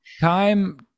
time